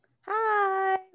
Hi